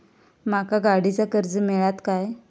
माका गाडीचा कर्ज मिळात काय?